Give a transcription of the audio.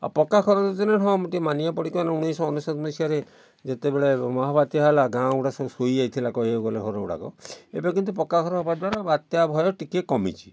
ଆଉ ପକ୍କା ଘର ଯୋଜନାରେ ହଁ ଟିକେ ମାନିବାକୁ ପଡ଼ିବ କାହିଁନା ଉଣେଇଶ ଅନେଶୋତ ମସିହାରେ ଯେତେବେଳେ ମହାବାତ୍ୟା ହେଲା ଗାଁ ଗୁଡ଼ାକ ସବୁ ଶୋଇଯାଇଥିଲା କହିବାକୁ ଗଲେ ଘର ଗୁଡ଼ାକ ଏବେ କିନ୍ତୁ ପକ୍କା ଘର ହେବା ଦ୍ୱାରା ବାତ୍ୟା ଭୟ ଟିକେ କମିଛି